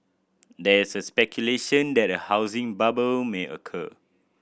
there is a speculation that a housing bubble may occur